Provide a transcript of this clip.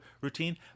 routine